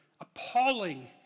appalling